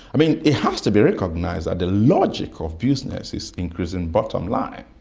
mean it has to be recognised that the logic of business is increasing bottom line.